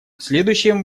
следующим